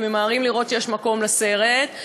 כי ממהרים לראות שיש מקום לסרט,